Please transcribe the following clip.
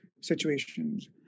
situations